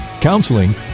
counseling